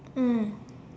mm